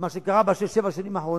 מה שקרה בשש, שבע שנים האחרונות,